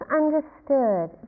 understood